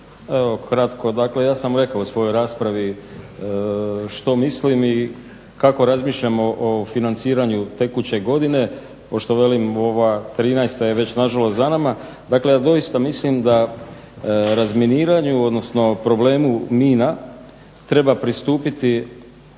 evo kratko. Dakle, ja sam rekao u svojoj raspravi što mislim i kako razmišljam o financiranju tekuće godine, kao što velim, ova '13. je već nažalost za nama. Dakle, doista mislim da o razminiranju odnosno o problemu mina treba pristupiti